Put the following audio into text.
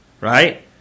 Right